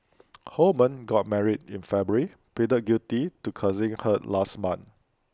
Holman got married in February pleaded guilty to causing hurt last month